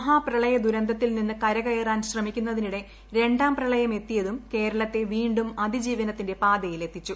മഹാ പ്രളയദുരന്തത്തിൽ നിന്ന് കരകയറാൻ ശ്രമിക്കുന്നതിനിടെ രണ്ടാം പ്രളയം എത്തിയതും കേരളത്തെ വീണ്ടും അതിജീവനത്തിന്റെ പാതയിൽ എത്തിച്ചു